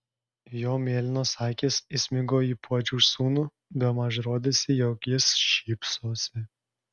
jo mėlynos akys įsmigo į puodžiaus sūnų bemaž rodėsi jog jis šypsosi